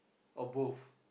or both